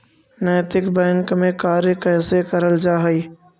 नैतिक बैंक में कार्य कैसे करल जा हई